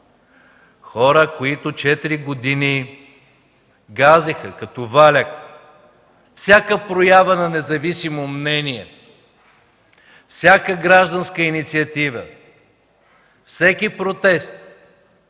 Хора, които четири години газеха като валяк всяка проява на независимо мнение, всяка гражданска инициатива, всеки протест,